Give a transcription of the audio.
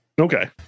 Okay